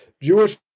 Jewish